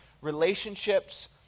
relationships